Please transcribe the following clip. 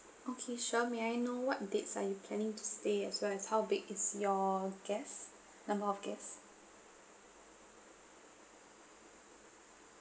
okay sure may I know what dates are you planning to stay as well as how big is your guest number of guests